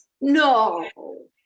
No